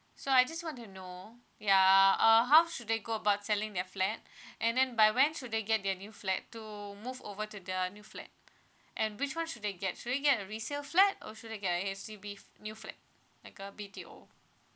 so I just want to know ya uh how should they go about selling their flat and then by when should they get their new flat to move over to the new flat and which one should they get should they get a resale flat or should they get a H_D_B new flat like a B_T_O